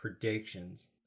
predictions